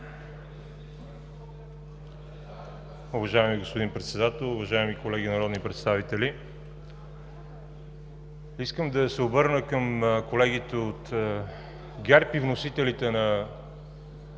Уважаеми господин Председател, уважаеми колеги народни представители! Искам да се обърна към колегите от ГЕРБ и вносителите на